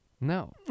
No